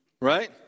Right